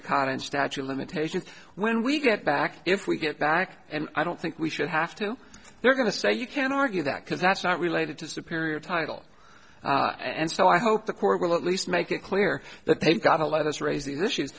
current statue of limitations when we get back if we get back and i don't think we should have to they're going to say you can argue that because that's not related to superior title and so i hope the court will at least make it clear that they've got to let us raise these issues